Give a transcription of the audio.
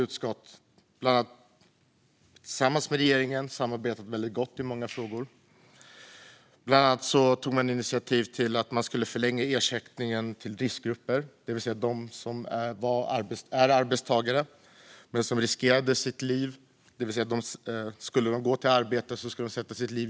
Under detta år har vårt utskott, tillsammans med regeringen, som vi har ett gott samarbete med i många frågor, bland annat tagit initiativ till att förlänga ersättningen till riskgrupper, det vill säga arbetstagare som riskerar livet om de går till sitt arbete.